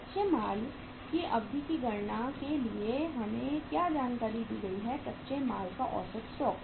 कच्चे माल की अवधि की गणना के लिए हमें क्या जानकारी दी गई है कच्चे माल का औसत स्टॉक